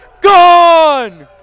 gone